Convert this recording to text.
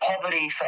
poverty